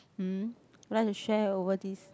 um would like to share over this